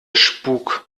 spuck